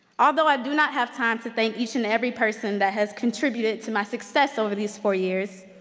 although i do not have time to thank each and every person that has contributed to my success over these four years,